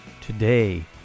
Today